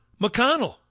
McConnell